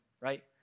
right